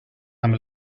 amb